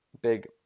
big